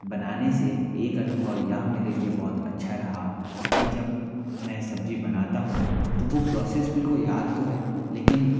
बनाने से एक अनुभव यह मेरे लिए बहुत अच्छा रहा कि जब मैं सब्ज़ी बनाता हूँ तो वह प्रोसेस मेरे को याद तो है लेकिन